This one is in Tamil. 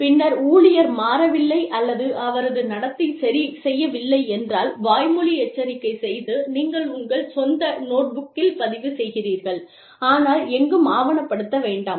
பின்னர் ஊழியர் மாறவில்லை அல்லது அவரது நடத்தை சரிசெய்யவில்லை என்றால் வாய்மொழி எச்சரிக்கை செய்து நீங்கள் உங்கள் சொந்த நோட்புக்கில் பதிவு செய்கிறீர்கள் ஆனால் எங்கும் ஆவணப்படுத்த வேண்டாம்